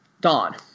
Dawn